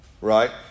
Right